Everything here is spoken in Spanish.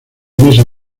meses